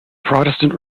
protestant